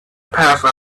passed